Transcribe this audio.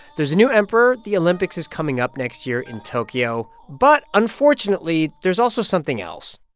there's a new emperor. the olympics is coming up next year in tokyo. but unfortunately, there's also something else.